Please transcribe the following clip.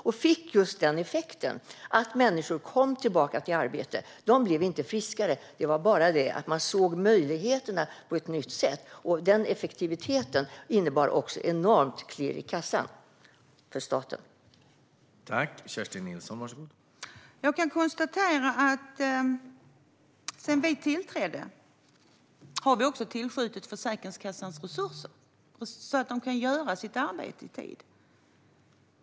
Det fick just den effekten att människor kom tillbaka i arbete. De blev inte friskare. Det var bara det att man såg möjligheterna på ett nytt sätt. Den effektiviteten innebar också enormt klirr i kassan för staten.